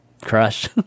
crush